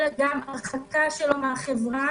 אלא גם הרחקה שלו מהחברה,